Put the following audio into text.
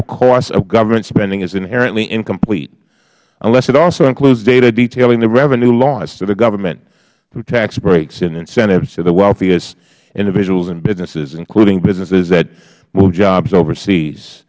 of costs of government spending is inherently incomplete unless it also includes data detailing the revenue loss to the government through tax breaks and incentives to the wealthiest individuals and businesses including businesses that move jobs overseas